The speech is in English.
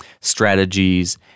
strategies